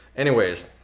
anyways,